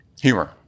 Humor